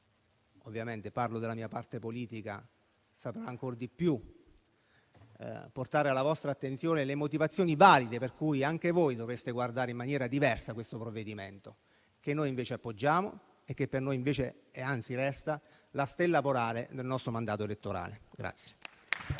mi succederà della mia parte politica saprà ancor di più portare alla vostra attenzione le motivazioni valide per cui anche voi dovreste guardare in maniera diversa questo provvedimento, che noi invece appoggiamo e che per noi è e anzi resta la stella polare del nostro mandato elettorale.